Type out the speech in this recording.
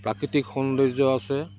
প্ৰাকৃতিক সৌন্দৰ্য আছে